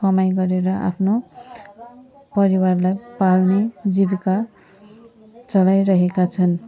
कमाइ गरेर आफ्नो परिवारलाई पाल्ने जीविका चलाइरहेका छन्